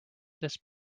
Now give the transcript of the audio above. this